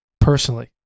Personally